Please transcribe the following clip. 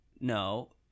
No